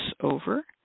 over